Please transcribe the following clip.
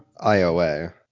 IOA